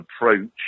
approach